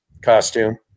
costume